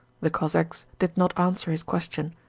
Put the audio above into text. the cossacks did not answer his question,